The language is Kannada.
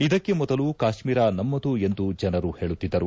ಇದಕ್ಕೆ ಮೊದಲು ಕಾಶ್ಮೀರ ನಮ್ಮದು ಎಂದು ಜನರು ಹೇಳುತ್ತಿದ್ದರು